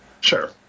Sure